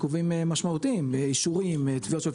עיכובים משמעותיים, אישורים, תביעות של פלסטינים,